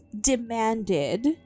demanded